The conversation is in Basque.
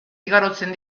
igarotzen